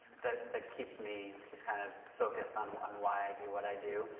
that that keeps me just kind of focused on on why i do what i do,